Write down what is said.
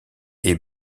est